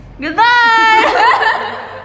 goodbye